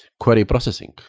query processing.